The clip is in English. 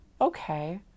Okay